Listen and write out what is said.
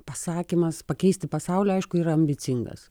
pasakymas pakeisti pasaulį aišku yra ambicingas